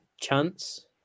chance